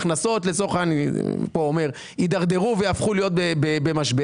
ההכנסות לצורך העניין יידרדרו ויהפכו להיות במשבר